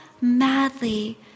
madly